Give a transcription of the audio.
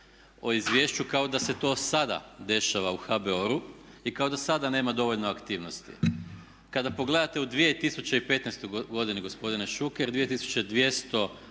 o izvješću kao da se to sada dešava u HBOR-u i kao da sada nema dovoljno aktivnosti. Kada pogledate u 2015. godini gospodine Šuker,